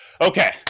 Okay